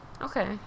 Okay